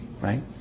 right